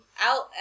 out